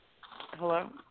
hello